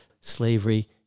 slavery